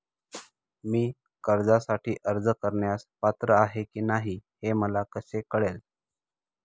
मी कर्जासाठी अर्ज करण्यास पात्र आहे की नाही हे मला कसे कळेल?